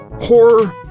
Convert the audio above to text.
horror